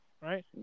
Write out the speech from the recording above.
Right